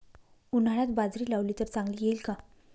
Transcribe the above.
उन्हाळ्यात बाजरी लावली तर चांगली येईल का?